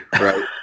right